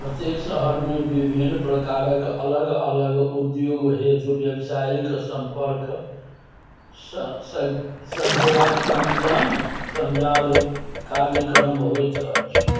प्रत्येक शहरमे विभिन्न प्रकारक अलग अलग उद्योग हेतु व्यावसायिक संपर्कक स सञ्जला सञ्जान सञ्जाल कार्यक्रम होइत अछि